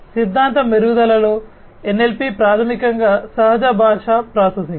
సిద్ధాంత మెరుగుదలలో NLP ప్రాథమికంగా సహజ భాషా ప్రాసెసింగ్